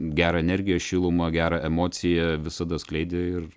gerą energiją šilumą gerą emociją visada skleidė ir